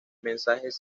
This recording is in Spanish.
mensajes